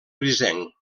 grisenc